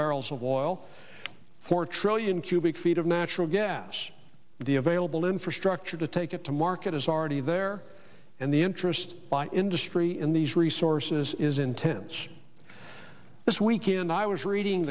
barrels of oil four trillion cubic feet of natural gas the available infrastructure to take it to market is already there and the interest by industry in these resources is intense this weekend i was reading